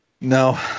No